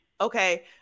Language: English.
okay